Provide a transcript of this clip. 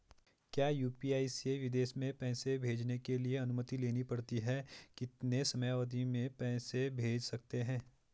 क्या यु.पी.आई से विदेश में पैसे भेजने के लिए अनुमति लेनी पड़ती है कितने समयावधि में पैसे भेज सकते हैं?